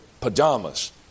pajamas